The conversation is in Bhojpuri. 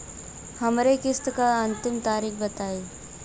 हमरे किस्त क अंतिम तारीख बताईं?